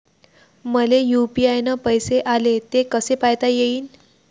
मले यू.पी.आय न पैसे आले, ते कसे पायता येईन?